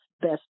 best